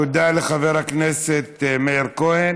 תודה לחבר הכנסת מאיר כהן.